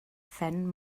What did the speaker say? phen